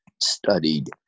studied